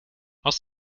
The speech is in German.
aus